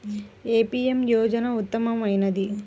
ఏ PM యోజన ఉత్తమమైనది?